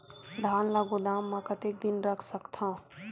धान ल गोदाम म कतेक दिन रख सकथव?